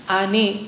ani